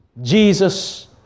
Jesus